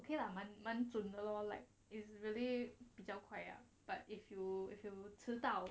okay lah 满满准的 lor like it's really 比较 quiet ya but if you if you are 迟到